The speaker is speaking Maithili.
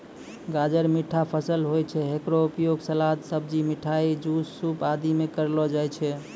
गाजर मीठा फसल होय छै, हेकरो उपयोग सलाद, सब्जी, मिठाई, जूस, सूप आदि मॅ करलो जाय छै